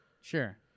Sure